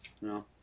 no